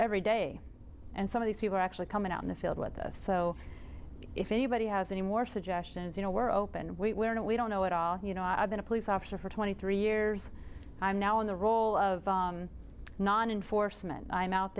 every day and some of these people are actually coming out in the field with us so if anybody has any more suggestions you know we're open we're not we don't know at all you know i've been a police officer for twenty three years i'm now in the role of nandan foresman i'm out